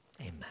Amen